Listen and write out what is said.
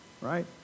right